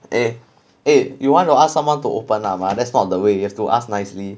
eh eh you want to ask someone to open up ah that's not the way you have to ask nicely